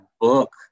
book